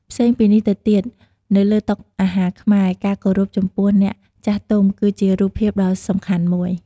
ផ្សេងពីនេះទៅទៀត នៅលើតុអាហារខ្មែរ ការគោរពចំពោះអ្នកចាស់ទុំ គឺជារូបភាពដ៏សំខាន់មួយ។